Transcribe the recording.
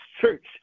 church